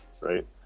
right